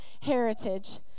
heritage